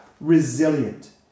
resilient